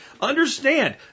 Understand